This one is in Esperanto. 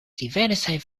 diversaj